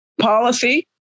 Policy